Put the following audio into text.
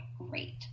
great